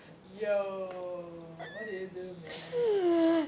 yo what did you do man